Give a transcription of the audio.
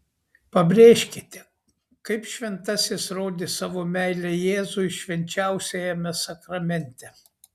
pabrėžkite kaip šventasis rodė savo meilę jėzui švenčiausiajame sakramente